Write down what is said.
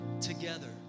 together